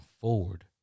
forward